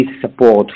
support